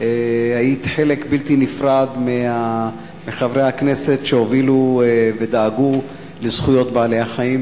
היית חלק בלתי נפרד מחברי הכנסת שהובילו ודאגו לזכויות בעלי-החיים,